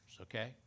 okay